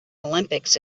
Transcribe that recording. olympics